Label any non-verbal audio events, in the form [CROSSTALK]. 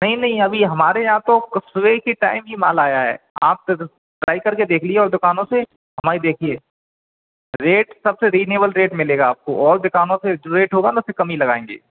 नहीं नहीं अभी हमारे यहाँ तो सुबह ही के टाइम ही माल आया है आप [UNINTELLIGIBLE] ट्राई करके देखिए और दुकानों से हमारा देखिए रेट सबसे रिजनेबल रेट मिलेगा आपको और दुकानों से जो रेट होगा हम उससे कम ही लगाएँगे